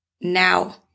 now